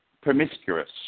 promiscuous